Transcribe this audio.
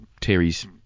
Terry's